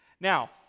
Now